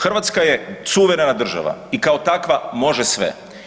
Hrvatska je suverena država i kao takva može sve.